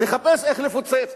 מחפש איך לפוצץ,